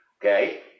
Okay